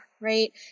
Right